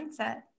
Mindset